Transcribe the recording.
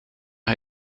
hij